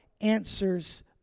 answers